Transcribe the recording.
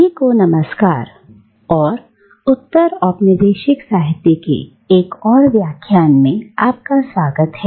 सभी को नमस्कार और उत्तर औपनिवेशिक साहित्य के एक और व्याख्यान में आपका स्वागत है